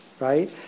Right